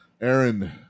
Aaron